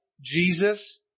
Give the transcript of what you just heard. Jesus